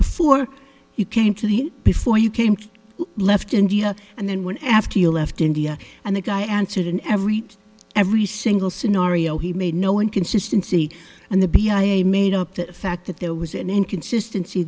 before you came to him before you came left india and then when after you left india and the guy answered in every every single scenario he made no inconsistency and the b i a made up the fact that there was an inconsistency